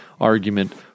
argument